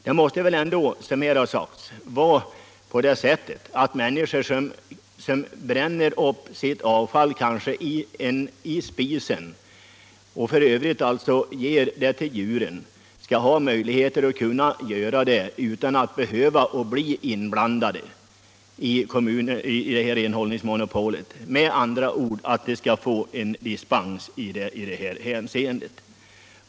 Det måste väl ändå, som här har sagts, vara riktigt att människor som bränner upp sitt avfall — kanske i spisen — och för övrigt ger det till djuren skall ha möjlighet att göra det utan att behöva bli inblandade i renhållningsmonopolet, med andra ord att de skall få dispens i detta hänseende.